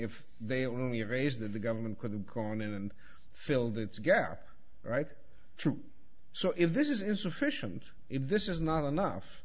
if they only have raised that the government could have gone in and filled its gap right true so if this is insufficient if this is not enough